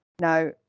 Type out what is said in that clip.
Now